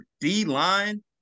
D-line